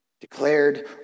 Declared